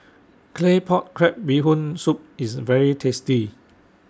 Claypot Crab Bee Hoon Soup IS very tasty